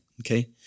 Okay